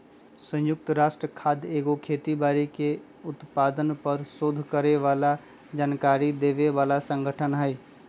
संयुक्त राष्ट्र खाद्य एगो खेती बाड़ी के उत्पादन पर सोध करे बला जानकारी देबय बला सँगठन हइ